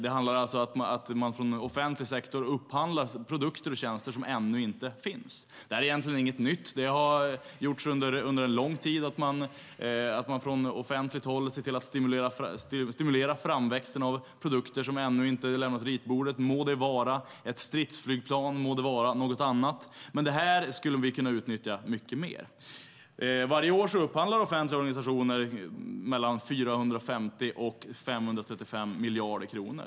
Det handlar om att man från offentlig sektor upphandlar produkter och tjänster som ännu inte finns. Det är egentligen inget nytt. Man har från offentligt håll under lång tid stimulerat framväxten av produkter som ännu inte lämnat ritbordet. Det må vara ett stridsflygplan eller något annat, men det här skulle vi kunna utnyttja mycket mer. Varje år upphandlar offentliga organisationer 450-535 miljarder kronor.